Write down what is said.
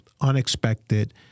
unexpected